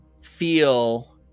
feel